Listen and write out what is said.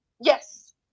yes